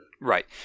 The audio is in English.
Right